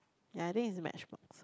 ya that is match box